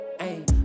Hey